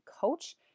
coach